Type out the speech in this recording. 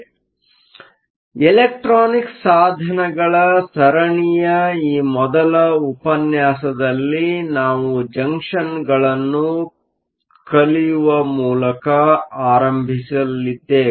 ಆದ್ದರಿಂದ ಎಲೆಕ್ಟ್ರಾನಿಕ್ ಸಾಧನಗಳ ಸರಣಿಯ ಈ ಮೊದಲ ಉಪನ್ಯಾಸದಲ್ಲಿ ನಾವು ಜಂಕ್ಷನ್ಗಳನ್ನು ಕಲಿಯು ಮೂಲಕ ಆರಂಭಿಸಲಿದ್ದೇವೆ